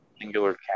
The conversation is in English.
singular